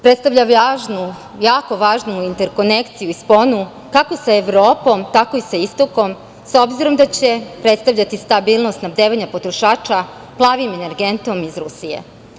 Predstavlja jako važnu interkonekciju i sponu kako sa Evropom, tako i sa istokom, s obzirom da će predstavljati stabilnost snabdevanja potrošača „plavim energentom“ iz Rusije.